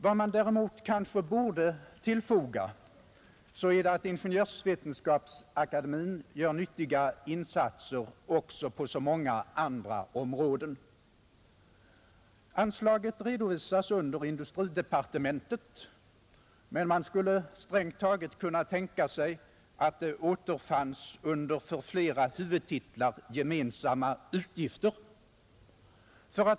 Vad man däremot kanske borde tillfoga är att Ingenjörsvetenskapsakademien gör nyttiga insatser också på många andra områden. Anslaget redovisas under industridepartementet, men man skulle strängt taget kunna tänka sig att det återfanns under rubriken ”för flera huvudtitlar gemensamma utgifter”.